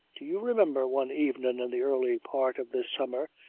do you remember one evenin' in the early part of this summer,